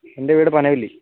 എൻ്റെ വീട് പനവല്ലി